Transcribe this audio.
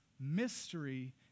mystery